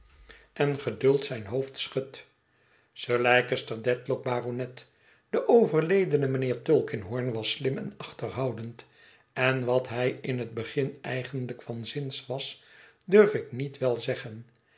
nu geduld zijn hoofd schudt sir leicester dedlock baronet de overledene mijnheer tulkinghorn was slim en achterhoudend en wat hij in het begin eigenlijk van zins was durf ik niet wel zeggen